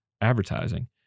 advertising